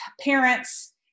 parents